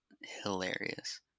hilarious